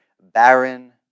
barren